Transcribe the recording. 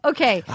Okay